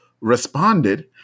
responded